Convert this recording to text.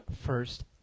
first